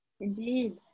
Indeed